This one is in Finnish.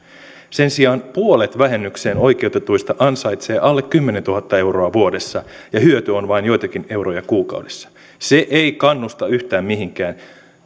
sen sijaan puolet vähennykseen oikeutetuista ansaitsee alle kymmenentuhatta euroa vuodessa ja hyöty on vain joitakin euroja kuukaudessa se ei kannusta yhtään mihinkään